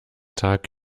tag